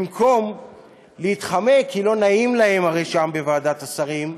במקום להתחמק כי לא נעים הרי שם בוועדת השרים,